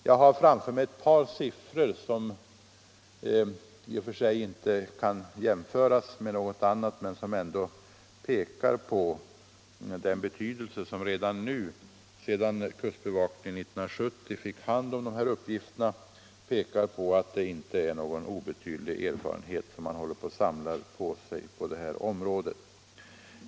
Jag har framför mig ett par siffror som i och för sig inte kan jämföras med något annat men som ändå pekar på att det — kustbevakningen fick hand om de här uppgifterna 1970 — inte är någon obetydlig erfarenhet man redan nu samlat på området.